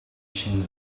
шинэ